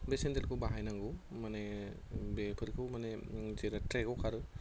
बै सेन्देलखौ बाहायनांगौ माने बेफोरखौ माने जेब्ला ट्रेकआव खारो